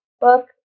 book